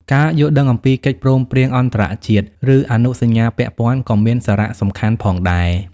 ការយល់ដឹងអំពីកិច្ចព្រមព្រៀងអន្តរជាតិ ឬអនុសញ្ញាពាក់ព័ន្ធក៏មានសារៈសំខាន់ផងដែរ។